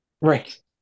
Right